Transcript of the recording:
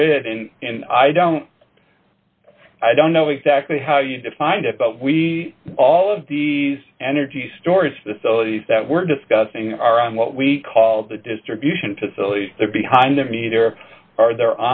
grid and and i don't i don't know exactly how you define that but we all of these energy storage facilities that we're discussing are on what we call the distribution facilities there behind them either are there